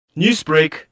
Newsbreak